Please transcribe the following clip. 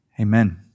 Amen